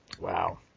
Wow